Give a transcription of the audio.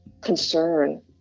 concern